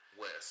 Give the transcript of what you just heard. West